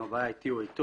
אם הבעיה היא אתי או אתו,